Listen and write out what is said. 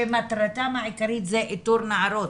שמטרתם העיקרית זה איתור נערות.